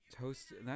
toasted